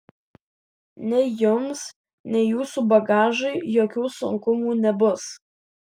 nei jums nei jūsų bagažui jokių sunkumų nebus